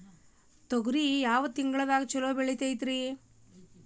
ತೊಗರಿ ಯಾವ ತಿಂಗಳದಾಗ ಛಲೋ ಬೆಳಿತೈತಿ?